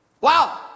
Wow